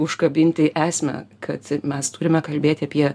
užkabinti esmę kad mes turime kalbėti apie